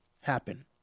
happen